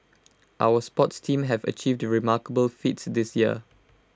our sports teams have achieved remarkable feats this year